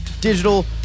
digital